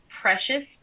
precious